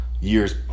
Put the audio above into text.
years